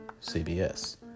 CBS